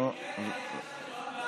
אנחנו לא ב-1949,